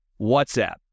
WhatsApp